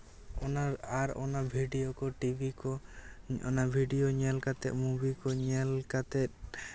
ᱚᱱᱟ ᱟᱨ ᱵᱷᱤᱰᱭᱳ ᱠᱚ ᱴᱤᱵᱷᱤ ᱠᱚ ᱚᱱᱟ ᱵᱷᱤᱰᱭᱳ ᱧᱮᱞ ᱠᱟᱛᱮᱜ ᱢᱩᱵᱷᱤ ᱠᱚ ᱧᱮᱞ ᱠᱟᱛᱮᱜ